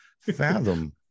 fathom